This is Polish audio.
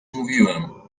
mówiłem